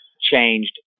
changed